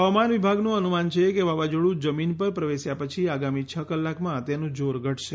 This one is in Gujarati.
હવામાન વિભાગનું અનુમાન છે કે વાવાઝોડું જમીન પર પ્રવેશ્યા પછી આગામી છ કલાકમાં તેનું જોર ઘટશે